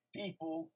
people